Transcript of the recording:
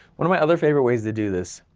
one of my other favorite ways to do this,